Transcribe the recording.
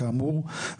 כאמור,